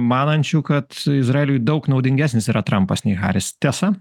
manančių kad izraeliui daug naudingesnis yra trampas nei haris tiesa